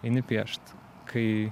eini piešt kai